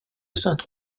sainte